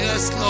Yes